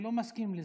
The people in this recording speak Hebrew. ולא מסכים לזה,